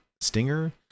Stinger